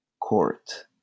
court